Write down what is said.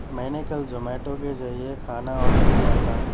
میں نے کل زومیٹو کے ذریعہ کھانا اوڈر کیا تھا